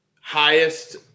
highest